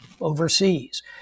overseas